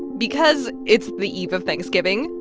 because it's the eve of thanksgiving,